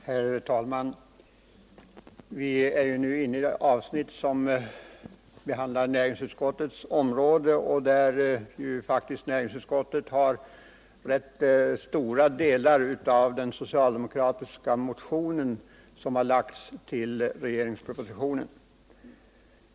Herr talman! Vi är nu inne i det avsnitt av debatten som rör näringsutskottets område. Näringsutskottet har i ett yttrande till finansutskottet behandlat rätt stora delar av den socialdemokratiska motion som väcktes i samband med propositionen.